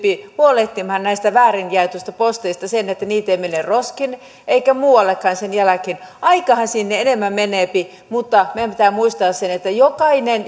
huolehtimaan näistä väärin jaetuista posteista että niitä ei mene roskiin eikä muuallekaan sen jälkeen aikaahan siinä enemmän menee mutta meidän pitää muistaa että jokainen